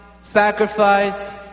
sacrifice